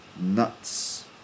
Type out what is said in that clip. nuts